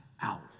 out